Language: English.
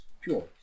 pure